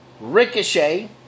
Ricochet